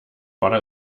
butter